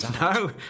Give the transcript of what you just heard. no